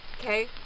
Okay